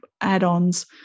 add-ons